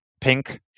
pink